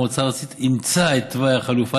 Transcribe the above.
המועצה הארצית אימצה את תוואי החלופה